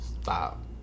Stop